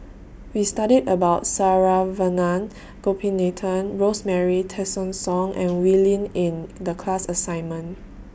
We studied about Saravanan Gopinathan Rosemary Tessensohn and Wee Lin in The class assignment